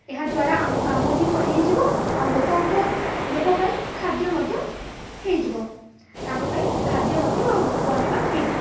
ଏହାଦ୍ୱାରା ଆମ କାମ ବି ମ ହୋଇଯିବ ଆଉ ଲୋକଙ୍କ ଲୋକ ପାଇଁ ଖାଦ୍ୟ ମଧ୍ୟ ହୋଇଯିବ ତାଙ୍କ ପାଇଁ ଖାଦ୍ୟ ମଧ୍ୟ ବନେଇବା ହୋଇଯିବ